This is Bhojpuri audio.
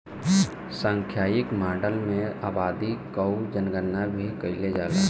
सांख्यिकी माडल में आबादी कअ जनगणना भी कईल जाला